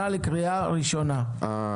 2 בעד,